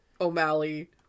O'Malley